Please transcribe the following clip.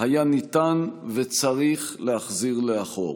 היה ניתן וצריך להחזיר לאחור,